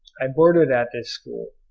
i boarded at this school,